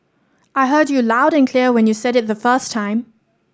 I heard you loud and clear when you said it the first time